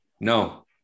No